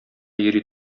йөри